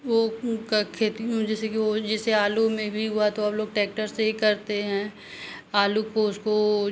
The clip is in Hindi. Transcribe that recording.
वो का खेती जैसे कि वो जैसे आलू में भी हुआ तो अब लोग टैक्टर से ही करते हैं आलू को उसको